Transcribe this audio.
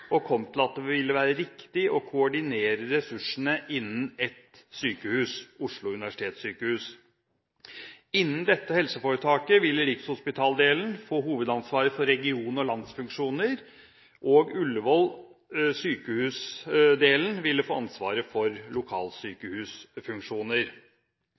og kom til at det ville være riktig å koordinere ressursene innen ett sykehus – Oslo universitetssykehus. Innen dette helseforetaket ville Rikshospitalet-delen få hovedansvaret for region- og landsfunksjoner, og Ullevål sykehus-delen ville få ansvaret for